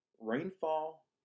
rainfall